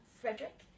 Frederick